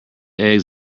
eggs